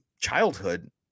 childhood